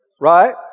right